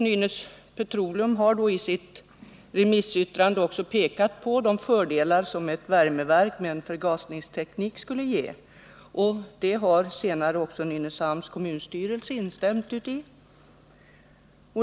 Nynäs Petroleum har i sitt remissyttrande pekat på de fördelar som ett värmeverk med förgasningsteknik skulle ge. Det har senare också Nynäshamns kommunstyrelse instämt uti.